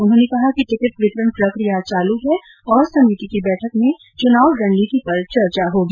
उन्होंने कहा कि टिकट वितरण प्रक्रिया चालू हैं और समिति की बैठक में चुनाव रणनीति पर चर्चा होगी